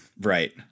right